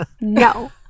no